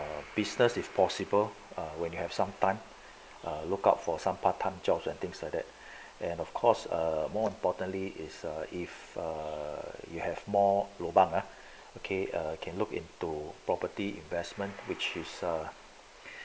business if possible uh when you have some time lookout for some part time jobs and things like that and of course uh more importantly is if uh you have more lobang ah okay can look into property investment which is a